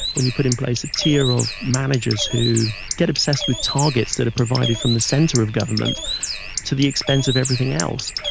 when you put in place a tier of managers who get obsessed with targets that are provided from the centre of government to the expense of everything else,